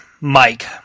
Mike